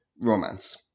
romance